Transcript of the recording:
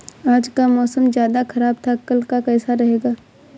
आज का मौसम ज्यादा ख़राब था कल का कैसा रहेगा?